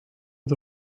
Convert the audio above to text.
het